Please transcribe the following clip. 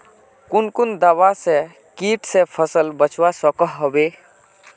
कुन कुन दवा से किट से फसल बचवा सकोहो होबे?